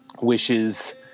Wishes